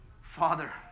Father